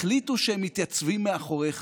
החליטו שהם מתייצבים מאחוריך.